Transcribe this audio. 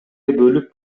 бөлүп